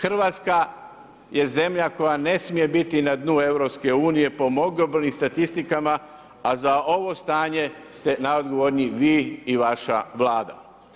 Hrvatska je zemlja koja ne smije biti na dnu EU po mnogobrojnim statistikama, a za ovo stanje ste najodgovorniji vi i vaša Vlada.